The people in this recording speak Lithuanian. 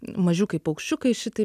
mažiukai paukščiukai šitaip